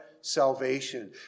salvation